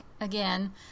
again